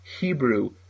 Hebrew